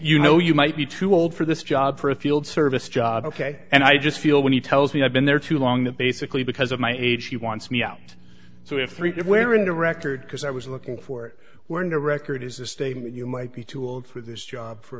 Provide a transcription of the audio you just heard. you know you might be too old for this job for a field service job ok and i just feel when he tells me i've been there too long that basically because of my age he wants me out so i have three get wearing the record because i was looking for were in a record as a state and you might be too old for this job for